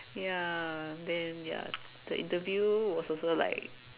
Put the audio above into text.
ya then ya the interview was also like